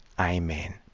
Amen